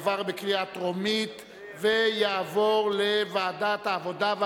לדיון מוקדם בוועדת העבודה,